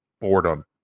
boredom